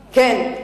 כן,